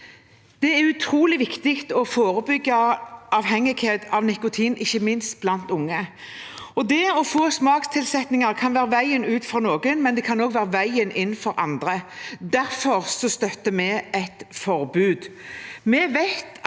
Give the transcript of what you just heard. Det er utrolig viktig å forebygge avhengighet av nikotin, ikke minst blant unge. Det å få smakstilsetninger kan være veien ut for noen, men det kan også være veien inn for andre. Derfor støtter vi et forbud.